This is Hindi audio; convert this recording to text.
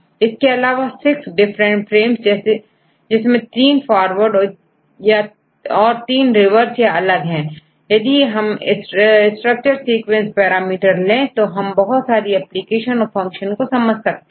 इसके अलावा सिक्स डिफरेंट फ्रेम्स जिसमें3 फॉरवर्ड और3 रिवर्स या अलग है और यदि हम स्ट्रक्चर सीक्वेंस पैरामीटर ले तो हम बहुत सारी एप्लीकेशन और फंक्शन समझ सकते हैं